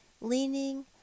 leaning